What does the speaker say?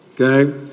okay